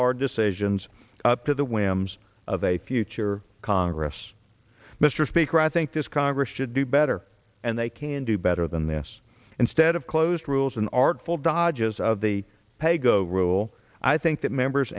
hard decisions up to the whims of a future congress mr speaker i think this congress should do better and they can do better than this instead of closed rules an artful dodge as of the pay go rule i think that members